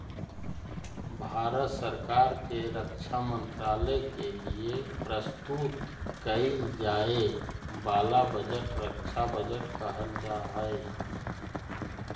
भारत सरकार के रक्षा मंत्रालय के लिए प्रस्तुत कईल जाए वाला बजट रक्षा बजट कहल जा हई